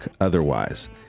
otherwise